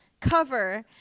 cover